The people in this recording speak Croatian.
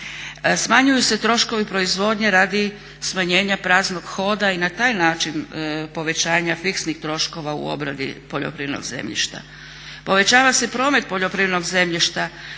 Smanjuju se troškovi proizvodnje radi smanjenja praznog hoda i na taj način povećanja fiksnih troškova u obradi poljoprivrednog zemljišta. Povećava se promet poljoprivrednog zemljišta